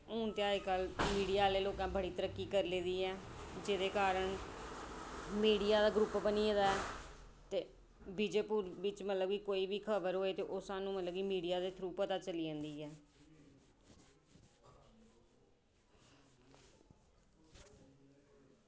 हून ते अज्जकल मीडिया आह्ले लोकें बड़ी तरक्की करी लेई ऐ जेह्दे कारण मीडिया दा ग्रुप बनी गेदा ऐ ते बिच मतलब कि कोई बी खबर होऐ ते ओह्बी मतलब मीडिया दे थ्रू पता चली जंदा ऐ